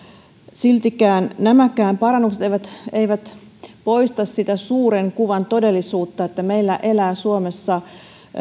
silti nämäkään parannukset eivät eivät poista sitä suuren kuvan todellisuutta että meillä elää suomessa